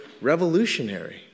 revolutionary